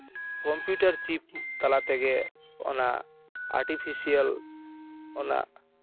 computer chip ᱛᱟᱞᱟ ᱛᱮᱜᱮ ᱚᱱᱟ ᱟᱨᱴᱤᱯᱷᱮᱥᱤᱭᱟᱞ ᱚᱱᱟ